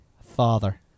Father